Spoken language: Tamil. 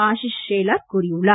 ஆஷிஷ் ஷேலார் கூறியுள்ளார்